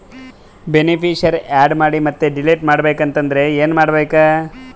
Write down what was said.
Beneficiary, add ಮಾಡಿ ಮತ್ತೆ delete ಮಾಡಬೇಕೆಂದರೆ ಏನ್ ಮಾಡಬೇಕು?